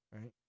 Right